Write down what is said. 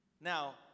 Now